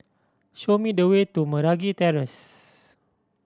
show me the way to Meragi Terrace